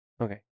okay